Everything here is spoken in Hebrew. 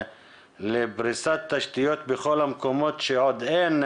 לפריסת תשתיות בכל המקומות שעוד אין.